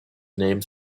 named